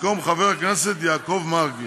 במקום חבר הכנסת יעקב מרגי,